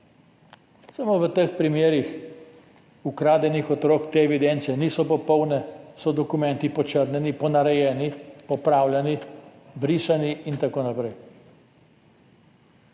Samo v teh primerih ukradenih otrok te evidence niso popolne, dokumenti so počrnjeni, ponarejeni, popravljeni, pobrisani in tako naprej.